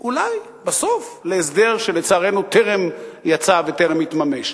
אולי בסוף להסדר, שלצערנו טרם יצא וטרם התממש.